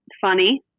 Funny